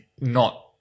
not-